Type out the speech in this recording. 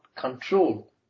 control